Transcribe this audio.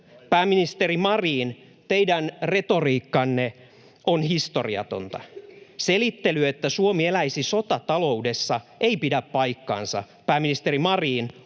Pääministeri Marin, teidän retoriikkanne on historiatonta. Selittely, että Suomi eläisi sotataloudessa, ei pidä paikkaansa. Pääministeri Marin,